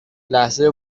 لحظه